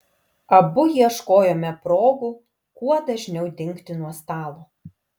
abu ieškojome progų kuo dažniau dingti nuo stalo